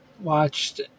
watched